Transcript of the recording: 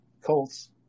Colts